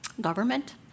government